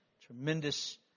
Tremendous